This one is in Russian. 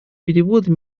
переводы